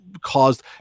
caused